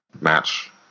match